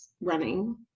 running